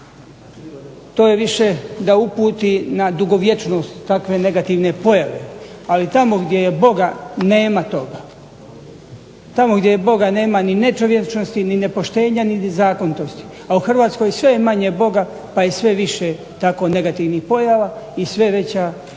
to je više da uputi na dugovječnost takve negativne pojave. Ali, tamo gdje je Boga nema toga. Tamo gdje je Boga nema ni nečovječnosti ni nepoštenja ni nezakonitosti, a u Hrvatskoj sve je manje Boga pa je sve više tako negativnih pojava i sve veća i ovakva